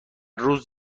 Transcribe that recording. روز